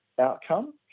outcome